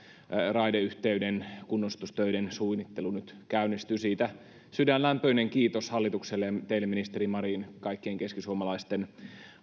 raideyhteyden kunnostustöiden suunnittelu nyt käynnistyy siitä sydänlämpöinen kiitos hallitukselle ja teille ministeri marin kaikkien keskisuomalaisten